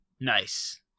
Nice